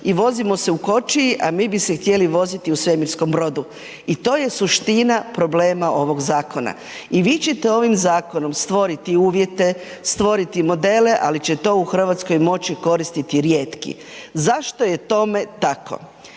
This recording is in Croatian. i vozimo se u kočiji, a mi bi se htjeli voziti u svemirskom brodu. I to je suština problema ovog zakona. I vi ćete ovim zakonom stvoriti uvjete, stvoriti modele, ali će to u RH moći koristiti rijetki. Zašto je tome tako?